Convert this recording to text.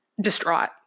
distraught